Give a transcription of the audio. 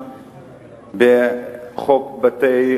ובכן,